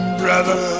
brother